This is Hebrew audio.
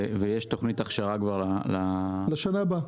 ויש כבר תוכנית הכשרה לשנה הבאה.